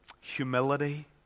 humility